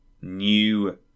new